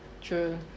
True